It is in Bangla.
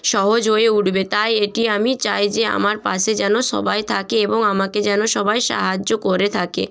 সহজ হয়ে উঠবে তাই এটি আমি চাই যে আমার পাশে যেন সবাই থাকে এবং আমাকে যেন সবাই সাহায্য করে থাকে